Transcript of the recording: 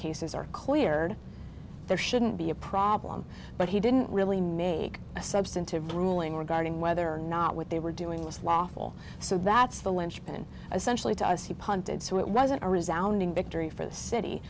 cases are cleared there shouldn't be a problem but he didn't really make a substantive ruling regarding whether not what they were doing was lawful so that's the linchpin essentially to us he punted so it wasn't a resoundingly for the city